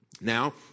Now